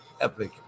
Epic